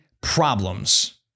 problems